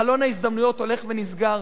חלון ההזדמנויות הולך ונסגר.